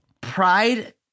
Pride